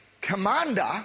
commander